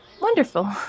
wonderful